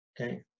Okay